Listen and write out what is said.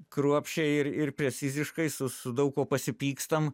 kruopščiai ir ir preciziškai su su daug kuo pasipykstam